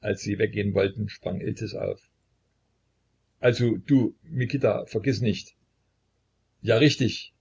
als sie weggehen wollten sprang iltis auf also du mikita vergiß nicht ja richtig